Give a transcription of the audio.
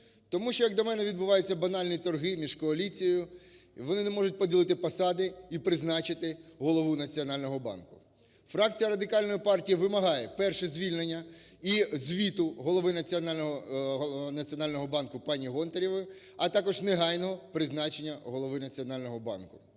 Тому що, як на мене, відбуваються банальні торги між коаліцією. Вони не можуть поділити посади і призначити Голову Національного банку. Фракція "Радикальної партії" вимагає: перше – звільнення і звіту Голови Національного банку паніГонтаревої, а також негайного призначення Голови Національного банку.